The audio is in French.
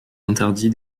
interdits